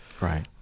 Right